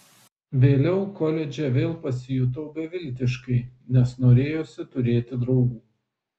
vėliau koledže vėl pasijutau beviltiškai nes norėjosi turėti draugų